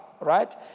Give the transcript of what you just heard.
right